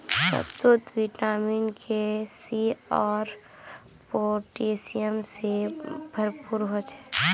शहतूत vitamin K, C आर potassium से भरपूर ह छे